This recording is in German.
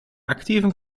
aktiven